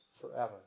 forever